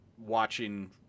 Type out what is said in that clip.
watching